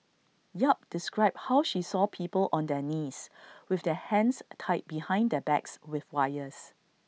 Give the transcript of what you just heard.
yap described how she saw people on their knees with their hands tied behind their backs with wires